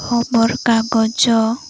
ଖବରକାଗଜ